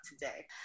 today